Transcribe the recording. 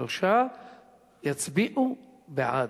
שלושה יצביעו בעד.